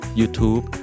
YouTube